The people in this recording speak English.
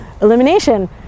elimination